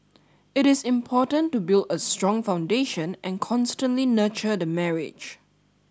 it is important to build a strong foundation and constantly nurture the marriage